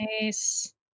nice